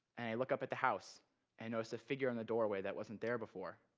and i look up at the house and noticed a figure in the doorway that wasn't there before.